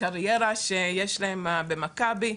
הקריירה שיש להם מה במכבי.